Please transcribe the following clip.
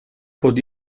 pod